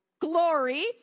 Glory